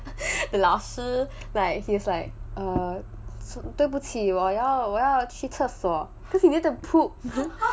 the 老师 like he was like 对不起我要我要去厕所 because he need to poop